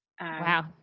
Wow